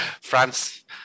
France